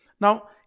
Now